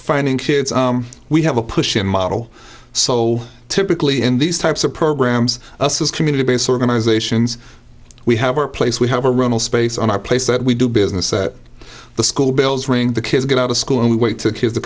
finding kids we have a push in model so typically in these types of programs says community based organizations we have a place we have a run a space on our place that we do business that the school bells ring the kids get out of school and we wait to kids to